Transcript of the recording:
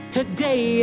Today